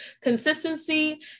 consistency